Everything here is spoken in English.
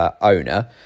owner